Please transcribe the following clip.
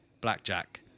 blackjack